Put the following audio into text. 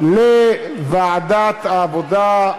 לוועדת העבודה,